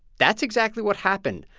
that's exactly what happened.